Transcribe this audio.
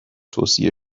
توصیه